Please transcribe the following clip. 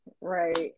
right